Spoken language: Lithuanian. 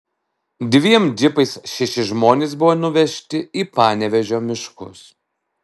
dviem džipais šeši žmonės buvo nuvežti į panevėžio miškus